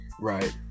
right